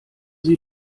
sie